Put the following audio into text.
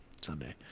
Sunday